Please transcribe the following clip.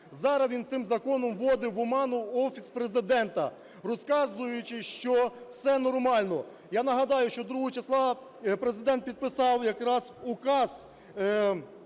Зараз він цим законом вводить в оману Офіс Президента, розказуючи, що все нормально. Я нагадаю, що 2 числа Президент підписав якраз Указ